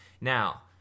Now